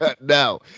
no